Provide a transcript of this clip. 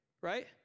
right